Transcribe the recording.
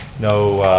no